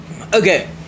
Okay